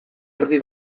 erdi